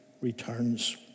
returns